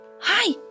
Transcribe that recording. Hi